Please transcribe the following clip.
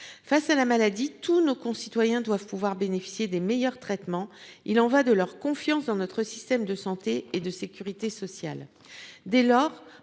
face à la maladie, tous nos concitoyens doivent pouvoir bénéficier des meilleurs traitements. Il en va de leur confiance dans notre système de santé et de sécurité sociale. Dès lors,